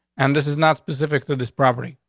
and this is not specific. through this property.